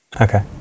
Okay